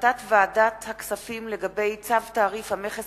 החלטת ועדת הכספים לגבי: צו תעריף המכס